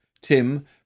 Tim